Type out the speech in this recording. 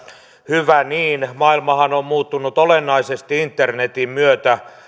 hyvä niin maailmahan on muuttunut olennaisesti internetin myötä